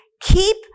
keep